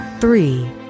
three